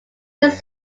this